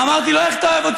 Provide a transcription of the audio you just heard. אמרתי לו: איך אתה אוהב אותי?